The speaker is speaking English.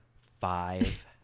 Five